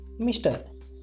Mr